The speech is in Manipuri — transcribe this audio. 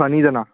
ꯐꯅꯤꯗꯅ